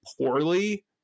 poorly